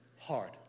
hard